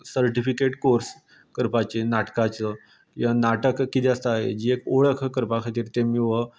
certificate course करपाचीं नाटकाचो ह्या नाटक कितें आसता हेजी एक एक ओळख करपा खातीर तेमी हो